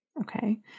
Okay